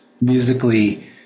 musically